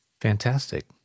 Fantastic